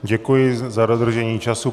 Děkuji za dodržení času.